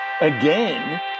again